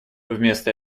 вместо